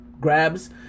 grabs